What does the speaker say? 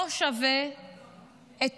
לא שווה את